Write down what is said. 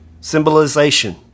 symbolization